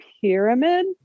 pyramid